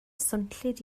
swnllyd